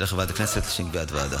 זה הולך לוועדת הכנסת שתקבע את הוועדה.